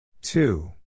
two